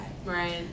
Right